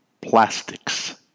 plastics